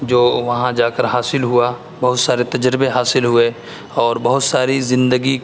جو وہاں جا کر حاصل ہوا بہت سارے تجربے حاصل ہوئے اور بہت ساری زندگی